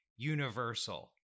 universal